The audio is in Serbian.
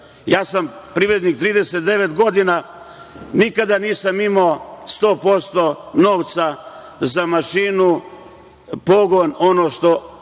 Ja sam privrednik 39 godina, nikada nisam imao 100% novca za mašinu, pogon, ono što